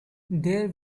there